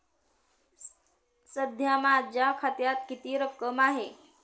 सध्या माझ्या खात्यात किती रक्कम आहे?